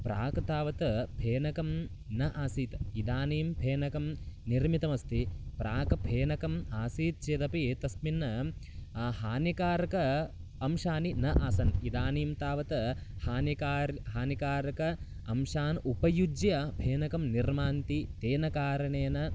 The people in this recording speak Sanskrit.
प्राक् तावत् फेनकं न आसीत् इदानीं फेनकं निर्मितमस्ति प्राक् फेनकम् आसीत् चेदपि तस्मिन् हानिकारकं अंशानि न आसन् इदानीं तावत् हानिकारकं हानिकारकान् अंशान् उपयुज्य फेनकं निर्मान्ति तेन कारणेन